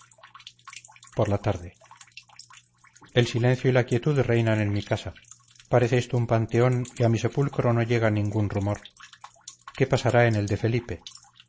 por la tarde el silencio y la quietud reinan en mi casa parece esto un panteón y a mi sepulcro no llega ningún rumor qué pasará en el de felipe